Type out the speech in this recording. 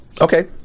Okay